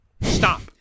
Stop